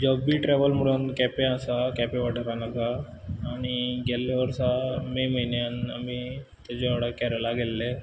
जब भी ट्रॅवल म्हुणून केंपे आसा केंपे वाठारान आसा आनी गेल्ले वर्सा मे म्हयन्यान आमी तेजे वांगडा केरळा गेल्ले